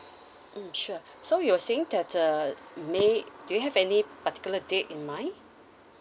mm sure so you're saying that uh may do you have any particular date in mind